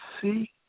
see